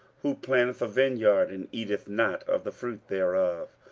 who planteth a vineyard, and eateth not of the fruit thereof?